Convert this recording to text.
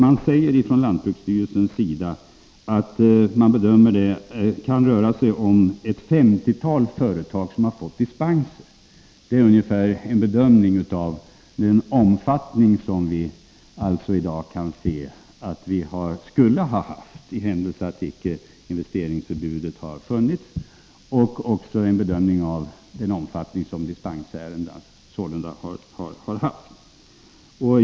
Man säger från lantbruksstyrelsen att man bedömer att det kan röra sig om ett femtiotal företag som har fått dispenser. Detta är vad vi i dag kan säga om den ungefärliga omfattningen för den händelse att investeringsförbudet icke hade funnits.